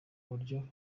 buryo